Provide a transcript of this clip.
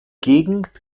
gegend